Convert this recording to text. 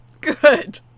Good